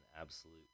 absolute